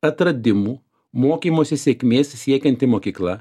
atradimų mokymosi sėkmės siekianti mokykla